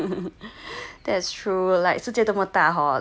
that's true like 世界这么大